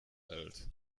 alt